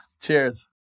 Cheers